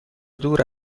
دور